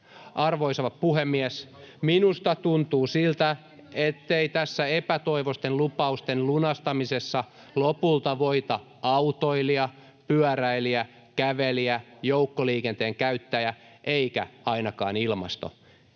Arvoisa puhemies! Minusta tuntuu siltä, ettei tässä epätoivoisten lupausten lunastamisessa lopulta voita autoilija, pyöräilijä, kävelijä, joukkoliikenteen käyttäjä eikä ainakaan ilmasto